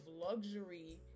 luxury